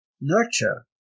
nurture